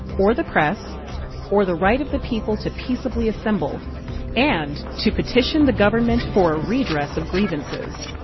or the press or the right of the people to peaceably assemble and, to petition the government for a redress of grievances.